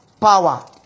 power